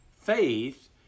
Faith